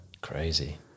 crazy